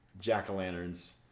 jack-o'-lanterns